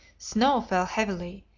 snow fell heavily,